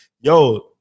Yo